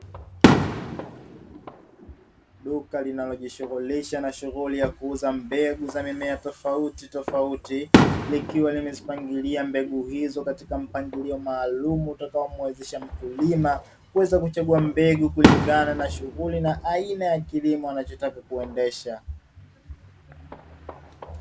Duka linalojishughulisha na shughuli ya kuuza mbegu za mimea tofautitofauti, likiwa limezipangilia mbegu hizo katika mpangilio maalumu utakayomwezesha mkulima kuweza kuchagua mbegu kulingana na shughuli na aina ya kilimo wanachotaka kuendesha.